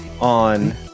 on